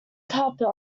carpet